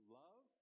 love